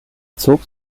zog